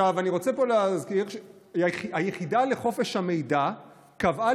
אני רוצה להזכיר שהיחידה לחופש המידע קבעה